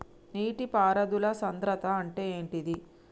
నీటి పారుదల సంద్రతా అంటే ఏంటిది?